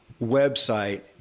website